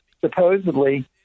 supposedly